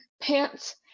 pants